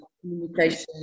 communication